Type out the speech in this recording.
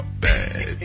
bad